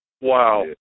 Wow